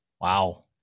Wow